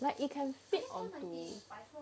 like it can stick on the